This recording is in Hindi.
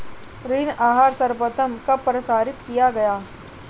ऋण आहार सर्वप्रथम कब प्रसारित किया गया?